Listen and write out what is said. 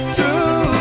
True